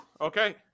okay